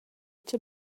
cha